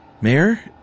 Mayor